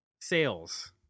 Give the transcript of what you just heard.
sales